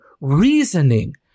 reasoning